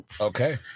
Okay